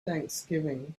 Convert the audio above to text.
thanksgiving